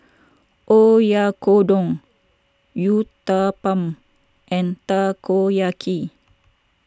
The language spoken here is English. Oyakodon Uthapam and Takoyaki